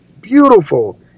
beautiful